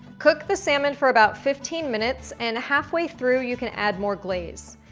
cook the salmon for about fifteen minutes, and halfway through you can add more glaze.